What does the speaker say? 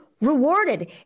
rewarded